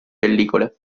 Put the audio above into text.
pellicole